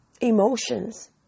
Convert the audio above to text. emotions